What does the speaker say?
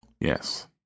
Yes